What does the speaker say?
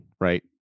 right